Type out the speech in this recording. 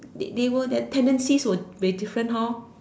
they they were tendency may different hor